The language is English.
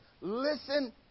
listen